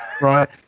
Right